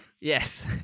Yes